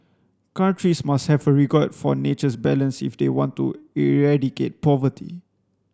countries must have a regard for nature's balance if they want to eradicate poverty